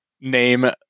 name